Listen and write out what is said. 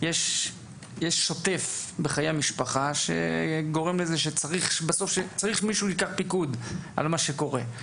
יש שוטף בחיי המשפחה שגורם לזה שצריך מישהו ייקח פיקוד על מה שקורה,